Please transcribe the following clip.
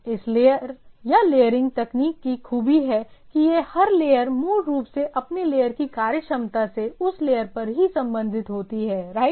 इस लेयर या लेयरिंग तकनीक की खूबी है कि हर लेयर मूल रूप से अपने लेयर की कार्यक्षमता से उस लेयर पर ही संबंधित होती हैराइट